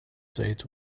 said